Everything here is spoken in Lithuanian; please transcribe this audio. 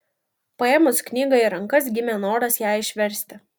paėmus knygą į rankas gimė noras ją išversti